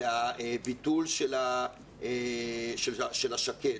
זה הביטול של השק"ד,